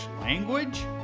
language